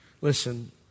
Listen